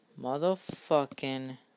Motherfucking